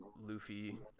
luffy